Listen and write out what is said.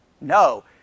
No